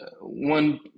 One